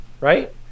right